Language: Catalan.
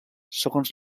segons